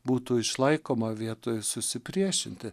būtų išlaikoma vietoj susipriešinti